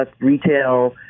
retail